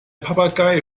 papagei